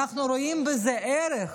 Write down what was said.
אנחנו רואים בזה ערך,